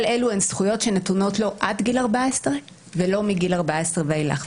אלו הן זכויות שנתונות לו עד גיל 14 ולא מגיל 14 ואילך.